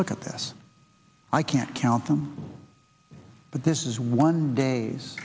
look at this i can't count them but this is one day